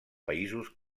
països